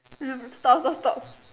stop stop stop